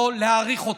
לא להאריך אתכם.